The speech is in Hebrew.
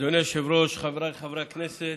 אדוני היושב-ראש, חבריי חברי הכנסת,